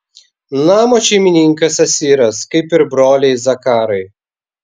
namo šeimininkas asiras kaip ir broliai zakarai